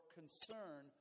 concern